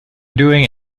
doing